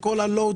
של כל הלואטק,